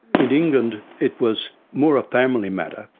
in england it was more a family matter,